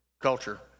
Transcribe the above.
culture